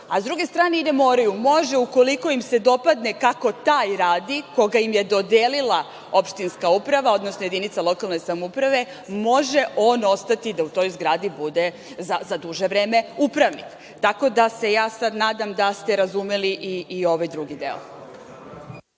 S druge strane, i ne moraju. Ukoliko im se dopadne kako taj radi, koga im je dodelila opštinska uprava, odnosno jedinica lokalne samouprave, može on ostati da u toj zgradi bude za duže vreme upravnik. Tako da, ja se sada nadam da ste razumeli i ovaj drugi deo.